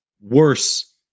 worse